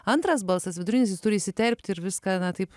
antras balsas vidurinis jis turi įsiterpti ir viską na taip